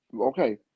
okay